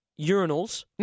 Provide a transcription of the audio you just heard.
urinals